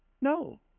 No